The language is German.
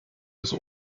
bis